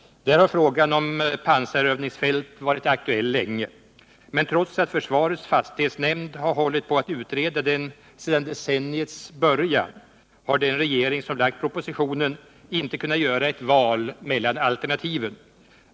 Där har frågan om pansarövningsfält varit aktuell länge. Men trots att försvarets fastighetsnämnd har 106 hållit på att utreda den sedan decenniets början, har den regering som lagt fram propositionen inte kunnat göra ett val mellan alternativen.